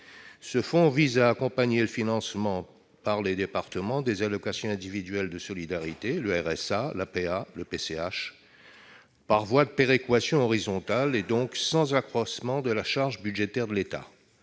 Ce fonds vise à accompagner le financement par les départements des allocations individuelles de solidarité- RSA, APA, et PCH -par voie de péréquation horizontale, et donc sans accroissement de la charge budgétaire de l'État.